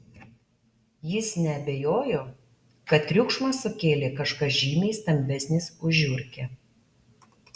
jis neabejojo kad triukšmą sukėlė kažkas žymiai stambesnis už žiurkę